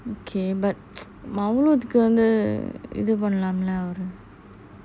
okay but வந்து இது பண்ணலாம்ல அவங்க:அவங்க:vanthu ithu panalaamla avanga